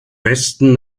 westen